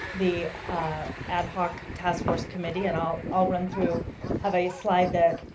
the ad-hoc task force committee. and i'll i'll run through have a slide that